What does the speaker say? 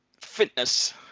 fitness